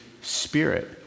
spirit